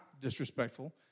disrespectful